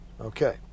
Okay